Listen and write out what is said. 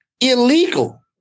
illegal